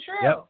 true